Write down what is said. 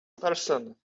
person